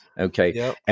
Okay